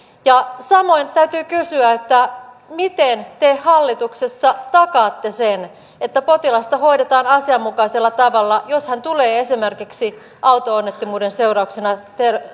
samoin täytyy kysyä miten te hallituksessa takaatte sen että potilasta hoidetaan asianmukaisella tavalla jos hän tulee esimerkiksi auto onnettomuuden seurauksena